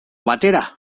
batera